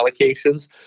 allocations